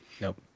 Nope